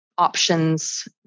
Options